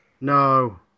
No